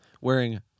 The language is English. Wearing